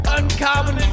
uncommon